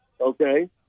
okay